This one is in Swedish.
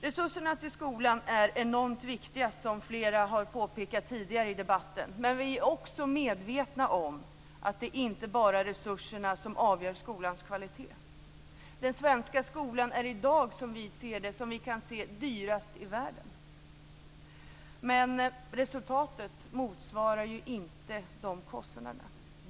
Resurserna till skolan är enormt viktiga, som flera har påpekat tidigare i debatten. Men vi är också medvetna om att det inte bara är resurserna som avgör skolans kvalitet. Den svenska skolan är i dag, kan vi se, dyrast i världen, men resultatet motsvarar inte de kostnaderna.